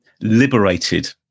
liberated